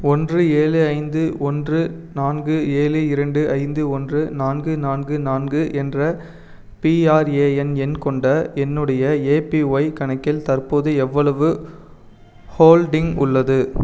ஒன்று ஏழு ஐந்து ஒன்று நான்கு ஏழு இரண்டு ஐந்து ஒன்று நான்கு நான்கு நான்கு என்ற பிஆர்ஏஎன் எண் கொண்ட என்னுடைய ஏபிஒய் கணக்கில் தற்போது எவ்வளவு ஹோல்டிங் உள்ளது